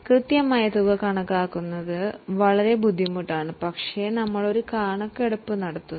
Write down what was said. കൃത്യമായ തുക കണക്കാക്കുന്നത് വളരെ ബുദ്ധിമുട്ടാണ് പക്ഷേ നമ്മൾ ഒരു എസ്റ്റിമേറ്റ് നടത്തുന്നു